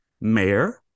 mayor